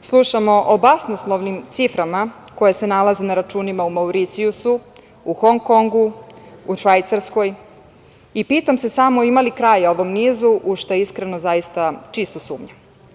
slušamo o basnoslovnim ciframa koje se nalaze na računima u Mauricijusu, u Hong-Kongu, u Švajcarskoj i pitam se samo ima li kraja ovom nizu, u šta iskreno zaista čisto sumnjam.